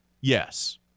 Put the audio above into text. Yes